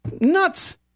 nuts